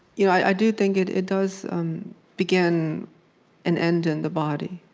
you know i do think it it does um begin and end in the body.